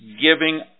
giving